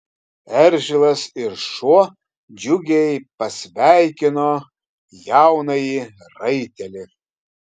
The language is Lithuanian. eržilas ir šuo džiugiai pasveikino jaunąjį raitelį